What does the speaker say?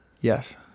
Yes